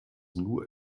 nur